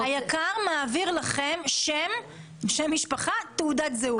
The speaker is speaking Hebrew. היק"ר מעביר לכם שם, שם משפחה, תעודת זהות.